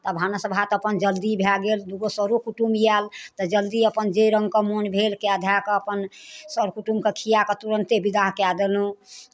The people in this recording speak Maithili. तऽ भानस भात अपन जल्दी भए गेल दुगो सरो कुटुम आयल तऽ जल्दी अपन जे रङ्गके मोन भेल कए धए कऽ अपन सर कुटुमकेँ खियाए कऽ तुरन्ते विदा कए देलहुँ